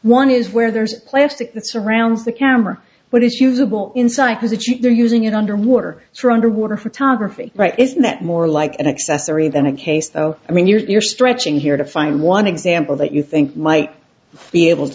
one is where there's plastic that surrounds the camera but it's usable inside has a chip they're using it underwater for underwater photography right isn't that more like an accessory than a case though i mean you're stretching here to find one example that you think might be able to